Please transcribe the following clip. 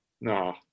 No